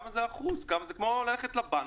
זה כמו ללכת לבנק,